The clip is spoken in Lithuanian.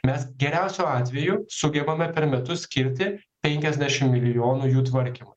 mes geriausiu atveju sugebame per metus skirti penkiasdešim milijonų jų tvarkymui